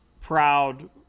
proud